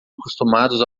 acostumados